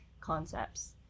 concepts